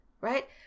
right